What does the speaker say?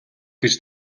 гэж